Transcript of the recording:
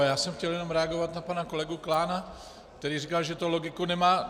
Já jsem chtěl jenom reagovat na pana kolegu Klána, který říkal, že to logiku nemá.